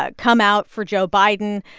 ah come out for joe biden.